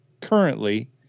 currently